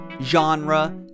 genre